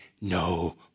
no